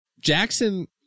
Jackson